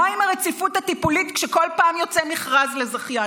מה עם הרציפות הטיפולית כשכל פעם יוצא מכרז לזכיין?